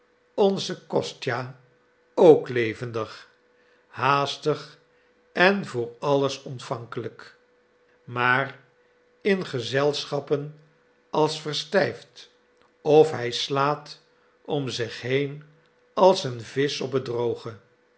onze kostja ook levendig haastig en voor alles ontvankelijk maar in gezelschappen als verstijfd of hij slaat om zich heen als een visch op het droge